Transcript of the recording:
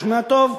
תשמע טוב,